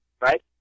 right